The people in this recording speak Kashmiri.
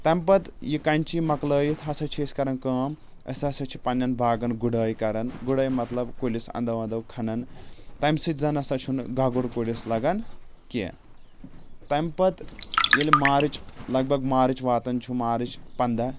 تَمہِ پَتہٕ یہِ کیٚنٛچی مۄکلٲیِتھ ہسا چھِ أسۍ کران کٲم أسۍ ہسا چھِ پَنٕنٮ۪ن باغَن گُڑٲے کران گُڑٲے مطلب کُلِس اَنٛدو انٛدو کھنان تَمہِ سۭتۍ زَن ہسا چھُنہٕ گگُر کُلِس لَگان کیٚنٛہہ تَمہِ پَتہٕ ییٚلہِ مارٕچ لَگ بگ مارٕچ واتان چھُ مارٕچ پنٛداہ